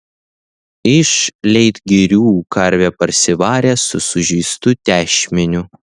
iš leitgirių karvę parsivarė su sužeistu tešmeniu